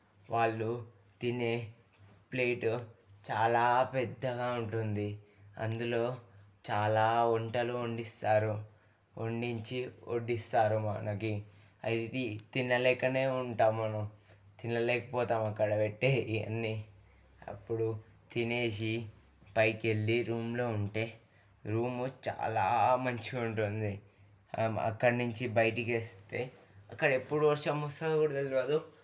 వాళ్ళు తినే ప్లేట్ చాలా పెద్దగా ఉంటుంది అందులో చాలా వంటలు వండిస్తారు వండించి వడ్డిస్తారు మనకి ఇది తినలేక ఉంటాము మనం తినలేక పోతాం అక్కడ పెట్టే ఇవన్నీ అప్పుడు తినేసి పైకి వెళ్ళి రూమ్లో ఉంటే రూము చాలా మంచిగా ఉంటుంది అక్కడ నుంచి బయటకు వస్తే అక్కడ ఎప్పుడు వర్షం వస్తుందో కూడా తెలవదు